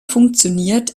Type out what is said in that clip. funktioniert